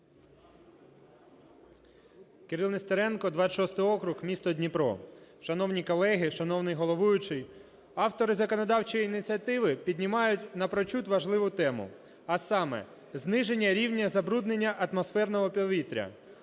Кирил Нестеренко, 26 округ, місто Дніпро. Шановні колеги, шановний головуючий! Автори законодавчої ініціативи піднімають напрочуд важливу тему, а саме: зниження рівня забруднення атмосферного повітря.